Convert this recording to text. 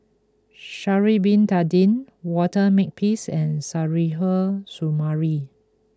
Sha'ari Bin Tadin Walter Makepeace and Suzairhe Sumari